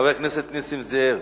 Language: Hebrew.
חבר הכנסת נסים זאב,